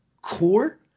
core